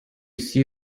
see